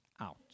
out